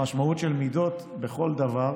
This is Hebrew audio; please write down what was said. המשמעות של מידות בכל דבר,